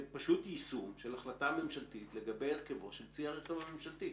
ולגבי יישום של החלטה ממשלתית לגבי הרכבו של צי הרכב הממשלתי.